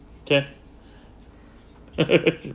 kay